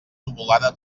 nuvolada